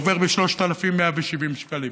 עובר ב-3,170 שקלים